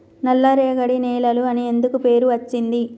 నల్లరేగడి నేలలు అని ఎందుకు పేరు అచ్చింది?